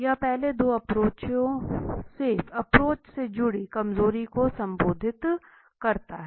यह पहले 2 एप्रोच से जुड़ी कमजोरी को संबोधित करता है